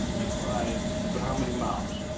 two eyes. but how many mouths?